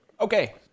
Okay